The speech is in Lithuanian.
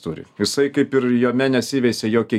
turi jisai kaip ir jame nesiveisia jokie